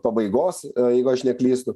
pabaigos jeigu aš neklystu